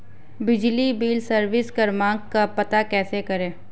बिजली bill service क्रमांक का पता कैसे करें?